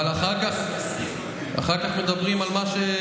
אבל אחר כך מדברים על מה,